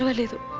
leave him.